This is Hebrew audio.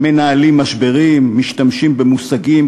מנהלים משברים,